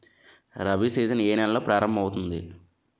Rabi season ఏ నెలలో ప్రారంభమౌతుంది?